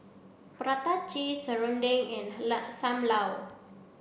prata cheese serunding and sam lau